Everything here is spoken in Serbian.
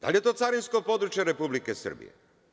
Da li je to carinsko područje Republike Srbije?